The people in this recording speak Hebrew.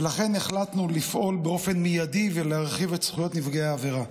החלטנו לפעול באופן מיידי ולהרחיב את זכויות נפגעי העבירה.